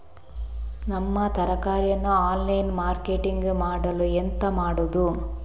ನಮ್ಮ ತರಕಾರಿಯನ್ನು online marketing ಮಾಡಲು ಎಂತ ಮಾಡುದು?